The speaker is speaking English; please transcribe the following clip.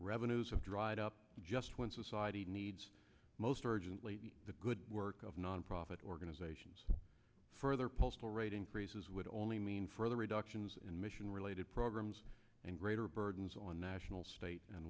revenues have dried up just when society needs most urgently the good work of nonprofit organizations further postal rate increases would only mean further reductions and mission related programs and greater burdens on national state and